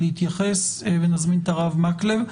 להתייחס ואז נזמין את הרב מקלב.